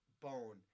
bone